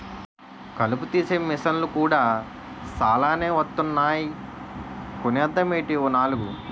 కలుపు తీసే మిసన్లు కూడా సాలానే వొత్తన్నాయ్ కొనేద్దామేటీ ఓ నాలుగు?